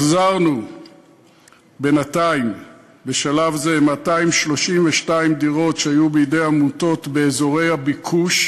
החזרנו בינתיים בשלב זה 232 דירות שהיו בידי עמותות באזורי הביקוש,